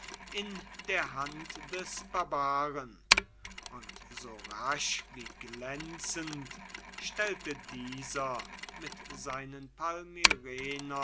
in der hand des barbaren und so rasch wie glänzend stellte dieser mit seinen